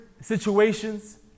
situations